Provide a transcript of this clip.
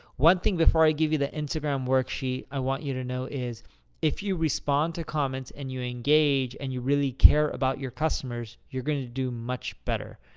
one thing, before i give you the instagram worksheet, i want you to know is if you respond to comments and you engage, and you really care about your customers, you're going to do much better.